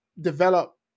develop